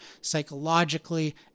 psychologically